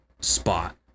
spot